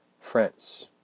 France